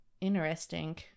Interesting